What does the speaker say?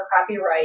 copyright